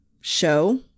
show